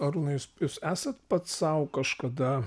arūnai jūs jūs esat pats sau kažkada